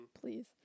Please